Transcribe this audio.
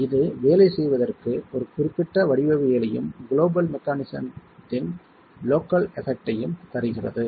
எனவே இது வேலை செய்வதற்கு ஒரு குறிப்பிட்ட வடிவவியலையும் குளோபல் மெக்கானிசத்தின் லோக்கல் எபெக்ட் ஐயும் தருகிறது